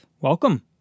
Welcome